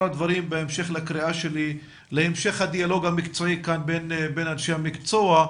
הדברים בהמשך לקריאה שלי להמשך הדיאלוג בין אנשי המקצוע.